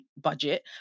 budget